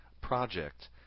project